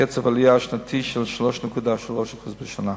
קצב עלייה שנתי של 3.3% לשנה,